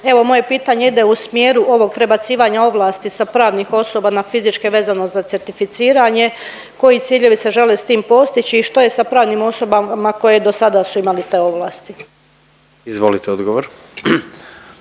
Evo moje pitanje ide u smjeru ovog prebacivanja ovlasti sa pravnih osoba na fizičke vezano za certificiranje koji ciljevi se žele s tim postići i što je sa pravnim osobama koje do sada su imali te ovlasti? **Jandroković,